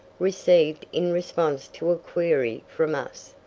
received in response to a query from us.